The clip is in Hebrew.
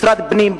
משרד הפנים,